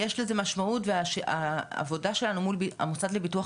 יש לזה משמעות והעבודה שלנו מול המוסד לביטוח